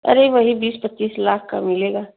अरे वही बीस पच्चीस लाख का मिलेगा